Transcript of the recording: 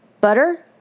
Butter